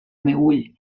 meüll